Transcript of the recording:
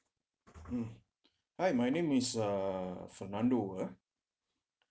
mm hi my name is uh fernando ah